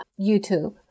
YouTube